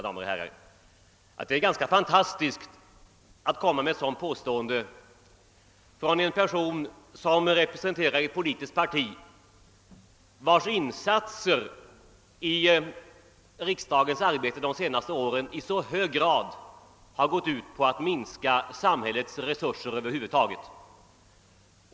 Det är ganska fantastiskt att ett sådant påstående kommer från en person som representerar ett politiskt parti, vars insatser i riksdagsarbetet under de senaste åren i så hög grad gått ut på att minska samhällets resurser över huvud taget.